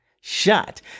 shot